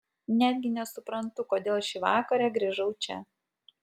netgi nesuprantu kodėl šį vakarą grįžau čia